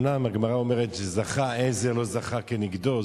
אומנם הגמרא אומרת שזכה, עזר, לא זכה, כנגדו.